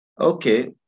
okay